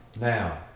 Now